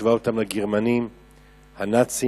השווה אותם לגרמנים הנאצים,